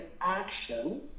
action